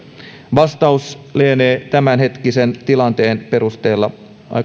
vastaus lienee tämänhetkisen tilanteen perusteella aika selvä